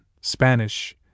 Spanish